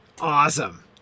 Awesome